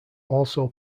also